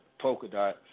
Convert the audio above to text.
Polkadot